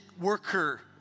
worker